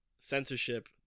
censorship